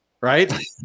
right